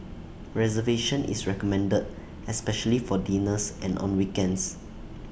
reservation is recommended especially for dinners and on weekends